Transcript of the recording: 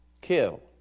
kill